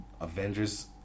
Avengers